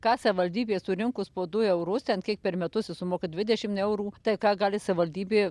ką savivaldybė surinkus po du eurus ten kiek per metus sumoka dvidešim eurų tai ką gali savivaldybė